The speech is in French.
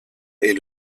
est